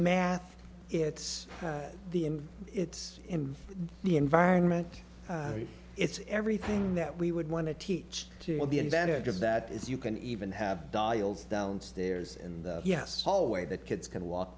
math it's the him it's in the environment it's everything that we would want to teach to the advantage of that is you can even have dials downstairs and yes hallway that kids can walk